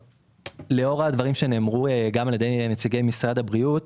לאור הדברים שנאמרו על ידי נציגי משרד הבריאות